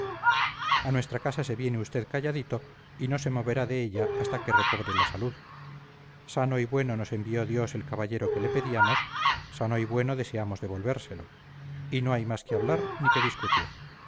a nuestra casa se viene usted calladito y no se moverá de ella hasta que recobre la salud sano y bueno nos envió dios el caballero que le pedíamos sano y bueno deseamos devolvérselo y no hay más que hablar ni que discutir